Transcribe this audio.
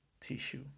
tissue